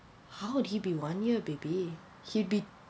how would he be one year baby he'd be